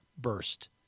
burst